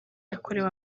yakorewe